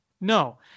no